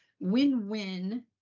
win-win